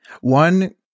One